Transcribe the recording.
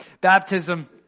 baptism